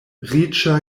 riĉa